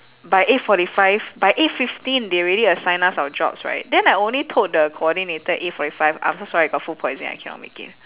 by eight forty five by eight fifteen they already assign us our jobs right then I only told the coordinator eight forty five I'm so sorry I got food poisoning I cannot make it